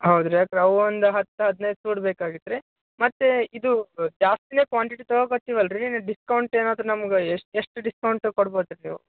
ಹೌದ್ರಾ ಅವು ಒಂದು ಹತ್ತು ಹದಿನೈದು ಸೂಡು ಬೇಕಾಗಿತ್ತು ರೀ ಮತ್ತೆ ಇದು ಜಾಸ್ತಿಯೇ ಕ್ವಾಂಟಿಟಿ ತಗೊಳಾಕತ್ತಿವಲ್ಲ ರೀ ಡಿಸ್ಕೌಂಟ್ ಏನಾದರೂ ನಮ್ಗೆ ಎಷ್ಟು ಎಷ್ಟು ಡಿಸ್ಕೌಂಟ್ ಕೊಡ್ಬೋದು ರೀ ನೀವು